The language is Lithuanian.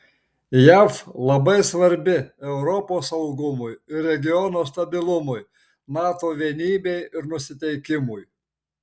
jav labai svarbi europos saugumui ir regiono stabilumui nato vienybei ir nusiteikimui